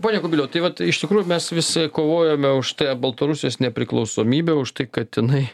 pone kubiliau tai vat iš tikrųjų mes visi kovojome už baltarusijos nepriklausomybę už tai kad jinai